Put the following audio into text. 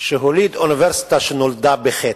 שהוליד אוניברסיטה שנולדה בחטא,